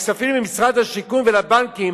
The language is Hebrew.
הכספים ממשרד השיכון ולבנקים,